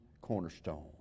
cornerstone